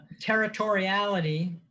territoriality